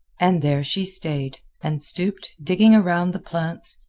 and there she stayed, and stooped, digging around the plants,